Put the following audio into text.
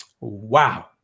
Wow